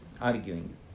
arguing